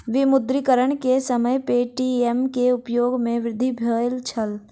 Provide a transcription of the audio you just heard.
विमुद्रीकरण के समय पे.टी.एम के उपयोग में वृद्धि भेल छल